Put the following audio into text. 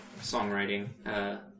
songwriting